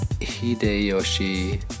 hideyoshi